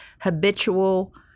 habitual